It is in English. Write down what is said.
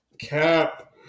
Cap